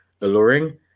alluring